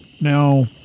Now